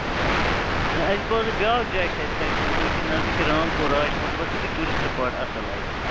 اچھا اچھا اَسہِ بوٗزیاو بیٛاکھ جاے چھِ اتہِ کتہِ تانۍ أتی نٔزدیٖکٕے رام پُور راج پُور دپان سُہ چھُ ٹوٗرسِٹ سُپاٹ اَصٕل اَتہِ